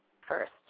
first